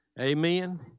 Amen